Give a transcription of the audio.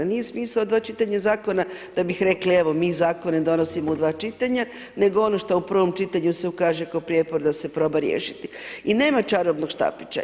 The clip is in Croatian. Nije smisao dva čitanja zakona da bih rekli evo mi zakone donosimo u dva čitanja, nego ono što u prvom čitanju se ukaže kao prijepor da se proba riješiti i nema čarobnog štapića.